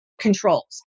controls